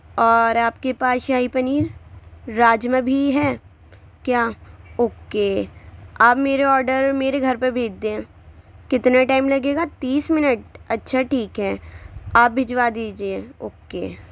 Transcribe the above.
اور آپ کے پاس شاہی پنیر راجما بھی ہے کیا اوکے آپ میرے اوڈر میرے گھر پہ بھیج دیں کتنے ٹائم لگے گا تیس منٹ اچھا ٹھیک ہے آپ بھیجوا دیجئے اوکے